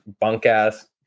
bunk-ass